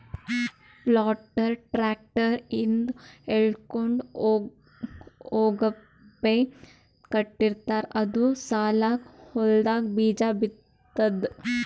planter tractor ಹಿಂದ್ ಎಳ್ಕೊಂಡ್ ಹೋಗಪ್ಲೆ ಕಟ್ಟಿರ್ತಾರ್ ಅದು ಸಾಲಾಗ್ ಹೊಲ್ದಾಗ್ ಬೀಜಾ ಬಿತ್ತದ್